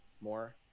more